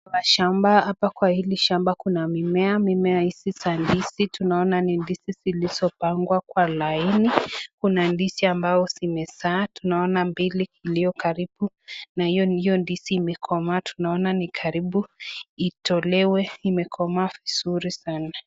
Kuna shamba, hapa kwa hili shamba kuna mimea. Mimea hizi za ndizi unaona ni ndizi zilizopangwa kwa laini. kuna ndizi ambao zimezaa. Tunaona mbili zilio karibu na hiyo ndizi imekomaa, tunaona ni karibu itoleewe imekomaa vizuri sana.